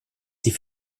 sie